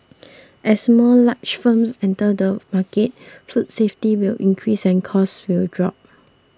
as more large firms enter the market food safety will increase and costs will drop